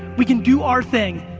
we can do our thing.